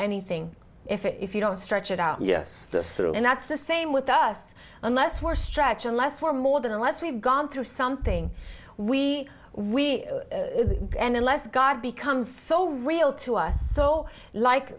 anything if you don't stretch it out yes and that's the same with us unless we're stretch unless we're more than unless we've gone through something we we end unless god becomes so real to us so like